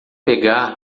pegar